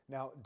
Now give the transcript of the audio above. Now